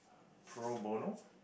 pro bono